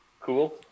cool